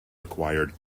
required